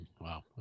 Wow